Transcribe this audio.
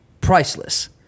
priceless